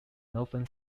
northern